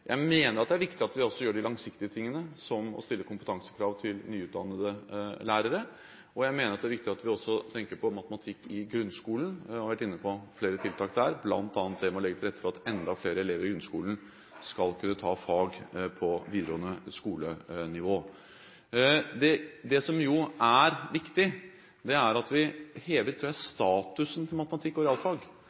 Jeg mener det er viktig at vi også gjør de langsiktige tingene, som å stille kompetansekrav til nyutdannede lærere, og jeg mener det er viktig at vi tenker på matematikk i grunnskolen. Jeg har vært inne på flere tiltak der, bl.a. det å legge til rette for at enda flere elever i grunnskolen skal kunne ta fag på videregående skoles nivå. Det jeg tror er viktig, er at vi hever statusen til matematikk